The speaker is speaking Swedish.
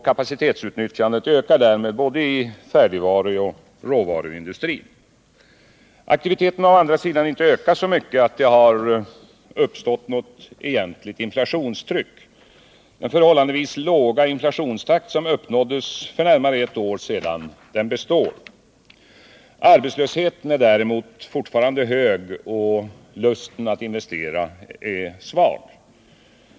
Kapacitetsutnyttjandet ökar därmed i både färdigvaruoch råvaruindustrin. Aktiviteten har å andra sidan inte ökat så mycket att det har uppstått något egentligt inflationstryck. Den förhållandevis låga inflationstakt som uppnåddes för närmare ett år sedan består. Arbetslösheten är däremot fortfarande hög och lusten att investera svag.